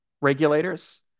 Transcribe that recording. regulators